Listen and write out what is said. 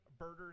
birders